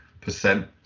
percent